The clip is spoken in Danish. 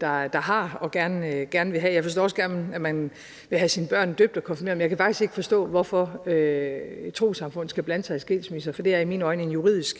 der har og gerne vil have. Jeg forstår også godt, at man vil have sine børn døbt og konfirmeret, men jeg kan faktisk ikke forstå, hvorfor et trossamfund skal blande sig i skilsmisser, for det er i mine øjne en juridisk